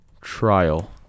trial